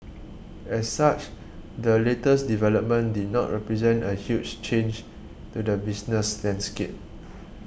as such the latest development did not represent a huge change to the business landscape